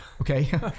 Okay